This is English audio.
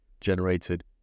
generated